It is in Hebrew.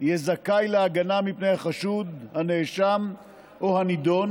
יהיה זכאי להגנה מפני החשוד, הנאשם או הנידון